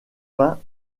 fins